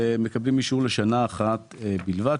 הם מקבלים אישור לשנה אחת בלבד,